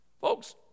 Folks